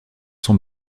son